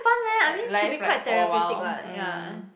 life right for a while mm